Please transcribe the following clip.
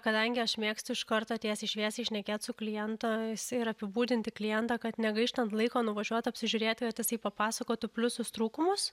kadangi aš mėgstu iš karto tiesiai šviesiai šnekėt su klientais ir apibūdinti klientą kad negaištant laiko nuvažiuot apsižiūrėti o tasai papasakotų pliusus trūkumus